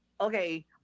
okay